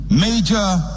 major